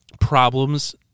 problems